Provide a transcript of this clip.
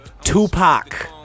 Tupac